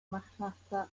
marchnata